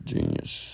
Genius